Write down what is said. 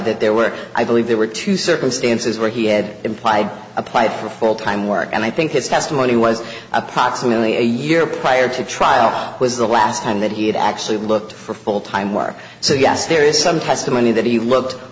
that there were i believe there were two circumstances where he had implied applied for full time work and i think his testimony was approximately a year prior to trial was the last time that he had actually looked for full time work so yes there is some testimony that he lo